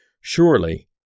Surely